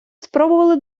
спробували